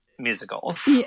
musicals